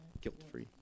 Guilt-free